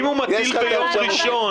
אם הוא מטיל ביום ראשון,